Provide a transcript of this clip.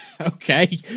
Okay